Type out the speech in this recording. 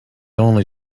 only